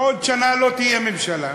בעוד שנה לא תהיה ממשלה,